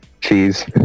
Cheese